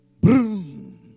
Boom